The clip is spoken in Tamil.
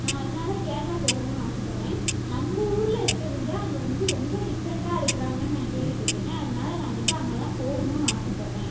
நான் அதனால் கேரளா போகணும்ன்னு ஆசைப்பட்றேன் நம்ம ஊரில் இருக்கிறத விட அங்கே வந்து ரொம்ப டிஃபரண்ட்டாக இருக்கிறாங்கன்னு நான் கேள்விப்பட்டிருக்கேன் அதனால் நான் வந்து அங்கேல்லாம் போகணும்ன்னு ஆசைப்பட்றேன்